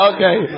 Okay